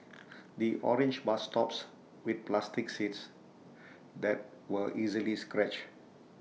the orange bus stops with plastic seats that were easily scratched